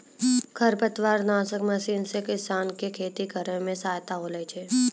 खरपतवार नासक मशीन से किसान के खेती करै मे सहायता होलै छै